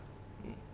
mm